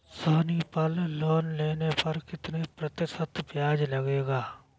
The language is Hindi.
सोनी पल लोन लेने पर कितने प्रतिशत ब्याज लगेगा?